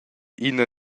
ina